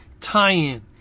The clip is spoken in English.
tie-in